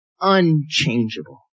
unchangeable